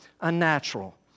unnatural